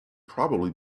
probably